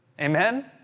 Amen